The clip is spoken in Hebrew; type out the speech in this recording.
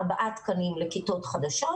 ארבעה תקנים לכיתות חדשות,